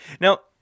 Now